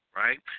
right